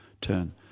turn